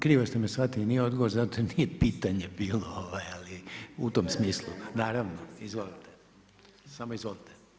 Krivo ste me shvatili, nije odgovor zato jer nije pitanje bilo, ali u tom smislu … [[Upadica se ne čuje.]] naravno, izvolite.